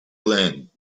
land